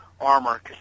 armor